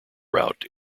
route